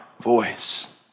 voice